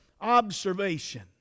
observation